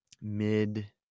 mid